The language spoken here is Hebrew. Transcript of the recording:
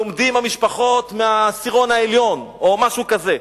לומדים מהמשפחות מהעשירון העליון או משהו כזה.